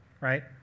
right